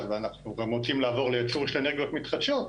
ואנחנו רוצים לעבור לייצור של אנרגיות מתחדשות,